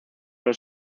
los